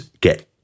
get